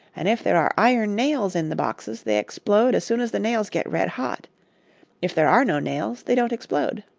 and if there are iron nails in the boxes they explode as soon as the nails get red-hot if there are no nails, they don't explode.